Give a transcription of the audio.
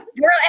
girl